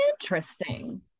Interesting